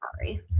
sorry